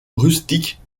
rustiques